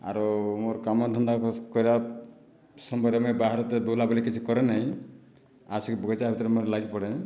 ଆରୁ ମୋର୍ କାମ ଧନ୍ଦା କରିବା ସମୟରେ ମୁଇଁ ବାହାରେ ତ ବୁଲାବୁଲି କିଛି କରେ ନାଇଁ ଆସିକି ବଗିଚା ଭିତରେ ମୋର୍ ଲାଗି ପଡ଼େ